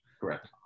Correct